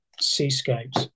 seascapes